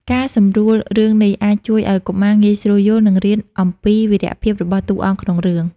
ការសម្រួលរឿងនេះ អាចជួយឱ្យកុមារងាយស្រួលយល់ និងរៀនអំពីវីរភាពរបស់តួអង្គក្នុងរឿង។